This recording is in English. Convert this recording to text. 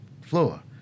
floor